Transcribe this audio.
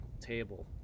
table